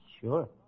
Sure